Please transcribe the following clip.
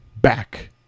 back